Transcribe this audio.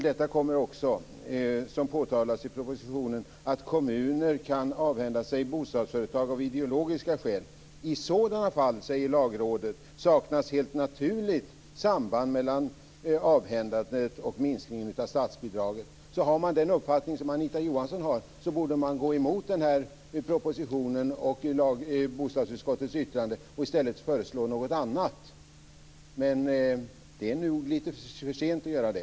Det påtalas även i propositionen att kommuner kan avhända sig bostadsföretag av ideologiska skäl. Lagrådet säger att i sådana fall saknas helt naturligt samband mellan avhändandet och minskningen av statsbidraget. Om man har den uppfattning Anita Johansson har borde man gå emot propositionen och bostadsutskottets yttrande och i stället föreslå något annat. Det är nog lite för sent att göra det.